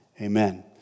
Amen